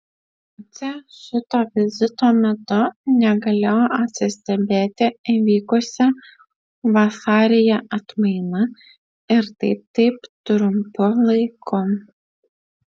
liucė šito vizito metu negalėjo atsistebėti įvykusia vasaryje atmaina ir tai taip trumpu laiku